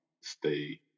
stay